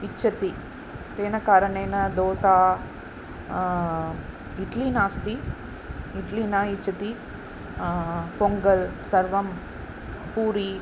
इच्छति तेन कारणेन दोसा इड्लि नास्ति इड्लि न इच्छत पोङ्गल् सर्वं पूरि